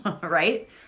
right